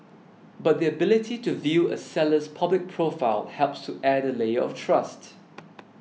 but the ability to view a seller's public profile helps to add a layer of trust